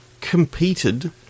competed